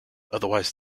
otherwise